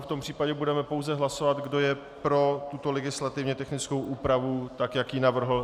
V tom případě budeme pouze hlasovat, kdo je pro tuto legislativně technickou úpravu tak, jak ji navrhl.